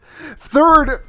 third